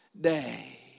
day